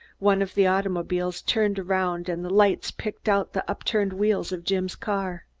one of the automobiles turned around and the lights picked out the upturned wheels of jim's car.